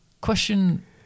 Question